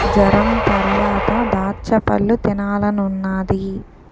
జొరంతరవాత దాచ్చపళ్ళు తినాలనున్నాది